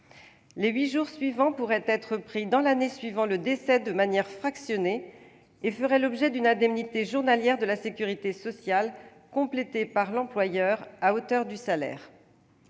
les huit jours suivants pourraient être pris dans l'année suivant le décès, de manière fractionnée, et ils feraient l'objet d'une indemnité journalière de la sécurité sociale, complétée par l'employeur à hauteur du salaire.